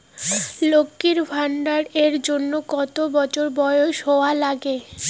লক্ষী ভান্ডার এর জন্যে কতো বছর বয়স হওয়া লাগে?